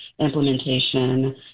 implementation